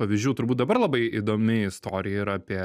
pavyzdžių turbūt dabar labai įdomi istorija yra apie